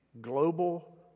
global